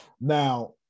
now